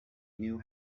knew